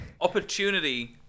opportunity